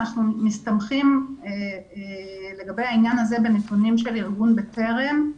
אנחנו מסתמכים לגבי העניין על נתונים של ארגון 'בטרם',